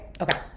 okay